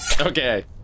Okay